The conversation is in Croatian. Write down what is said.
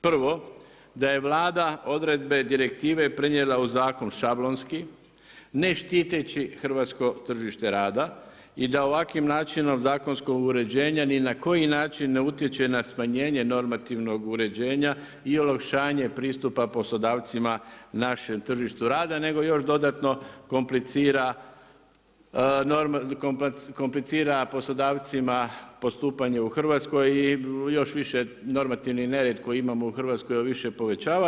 Prvo, da je Vlada odredbe direktive prenijela u zakon šablonski ne štiteći hrvatsko tržište rada i da ovakvim načinom zakonskog uređenja ni na koji način ne utječe na smanjenje normativnog uređenja i olakšanje pristupa poslodavcima našem tržištu rada, nego još dodatno komplicira poslodavcima postupanje u Hrvatskoj i još više normativni nered koji imamo u Hrvatskoj više povećava.